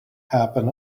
happen